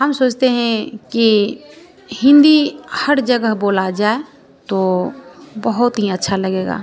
हम सोचते हैं कि हिन्दी हर जगह बोली जाए तो बहुत ही अच्छा लगेगा